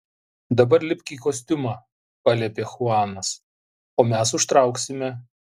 dabar lipk į kostiumą paliepė chuanas o mes užtrauksime